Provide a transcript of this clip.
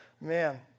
man